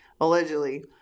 Allegedly